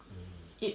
mm